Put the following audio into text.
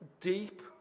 Deep